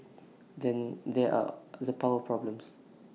then there are the power problems